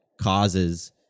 causes